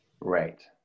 Right